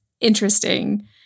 interesting